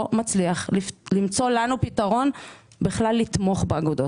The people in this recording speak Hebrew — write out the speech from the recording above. מצליח למצוא לנו פתרון לתמוך באגודות.